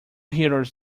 heroes